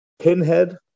Pinhead